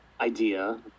idea